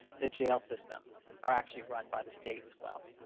the jail systems are actually run by the state as well.